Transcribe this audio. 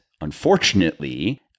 unfortunately